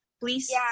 please